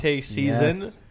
season